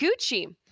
Gucci